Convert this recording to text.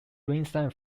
ringside